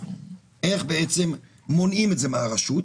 איך מונעים את זה מן הרשות,